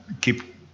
keep